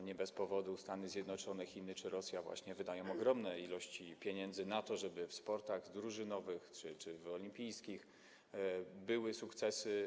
Nie bez powodu Stany Zjednoczone, Chiny czy Rosja wydają ogromne ilości pieniędzy na to, żeby w sportach drużynowych czy olimpijskich były sukcesy.